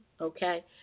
okay